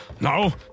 No